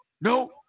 No